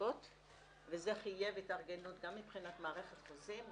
--- וזה חייב התארגנות גם מבחינת מערכת חוזים,